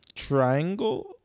Triangle